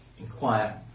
inquire